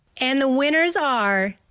and the winners are.